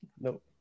Nope